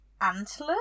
antlers